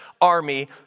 army